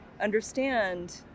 understand